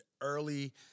early